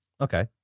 Okay